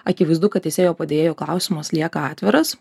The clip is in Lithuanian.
akivaizdu kad teisėjo padėjėjo klausimas lieka atviras